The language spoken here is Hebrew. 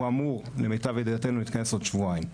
הוא אמור למיטב ידיעתנו להתכנס עוד שבועיים.